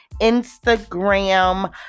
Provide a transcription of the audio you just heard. Instagram